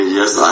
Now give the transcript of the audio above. yes